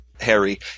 harry